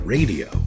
Radio